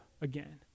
again